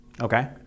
Okay